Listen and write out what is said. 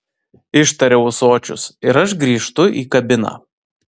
ištaria ūsočius ir aš grįžtu į kabiną